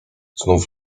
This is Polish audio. znów